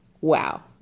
Wow